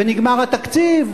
ונגמר התקציב.